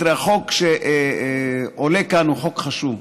תראה, החוק שעולה כאן הוא חוק חשוב,